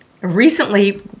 recently